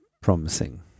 promising